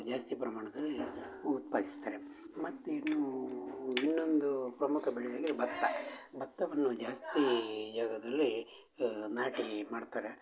ಜಾಸ್ತಿ ಪ್ರಮಾಣದಲ್ಲಿ ಉತ್ಪಾದಿಸ್ತಾರೆ ಮತ್ತು ಇನ್ನೂ ಇನ್ನೊಂದು ಪ್ರಮುಖ ಬೆಳೆಯಾಗಿ ಬತ್ತ ಬತ್ತವನ್ನು ಜಾಸ್ತೀ ಜಾಗದಲ್ಲಿ ನಾಟಿ ಮಾಡ್ತಾರೆ